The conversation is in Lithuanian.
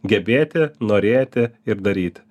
gebėti norėti ir daryti